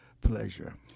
pleasure